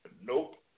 Nope